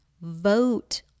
vote